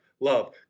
love